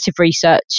research